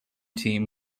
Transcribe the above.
team